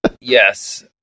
Yes